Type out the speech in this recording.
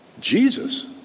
Jesus